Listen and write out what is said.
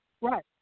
Right